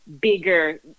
bigger